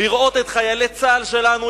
לראות את חיילי צה"ל שלנו,